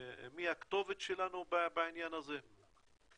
מי הכתובת שלנו בעניין הזה.